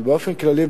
אבל באופן כללי,